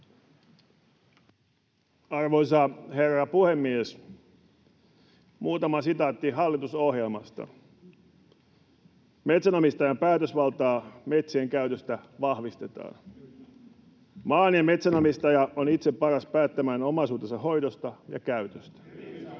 Arvoisa herra puhemies! Muutama sitaatti hallitusohjelmasta: ”Metsänomistajan päätösvaltaa metsien käytössä vahvistetaan.” ”Maan- ja metsänomistaja on itse paras päättämään omaisuutensa hoidosta ja käytöstä.”